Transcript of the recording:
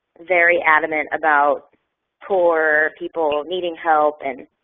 very adamant about poor people needing help and